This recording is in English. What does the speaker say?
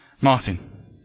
Martin